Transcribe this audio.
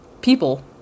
people